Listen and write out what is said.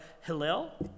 Hillel